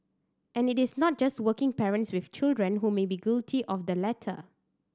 and it is not just working parents with children who may be guilty of the latter